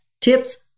tips